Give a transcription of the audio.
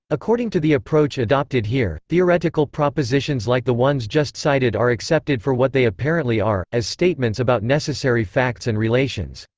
according to the approach adopted here, theoretical propositions like the ones just cited are accepted for what they apparently are as statements about necessary facts and relations.